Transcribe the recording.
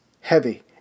heavy